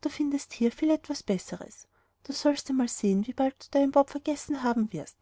du findest hier viel etwas besseres du sollst einmal sehen wie bald du den bob vergessen haben wirst